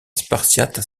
spartiates